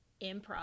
improv